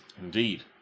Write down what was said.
Indeed